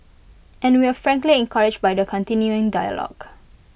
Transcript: and we're frankly encouraged by the continuing dialogue